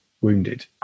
wounded